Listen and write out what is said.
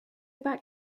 back